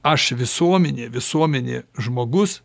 aš visuomenė visuomenė žmogus